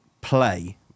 play